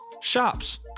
shops